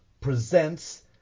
Presents